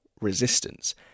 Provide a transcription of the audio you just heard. resistance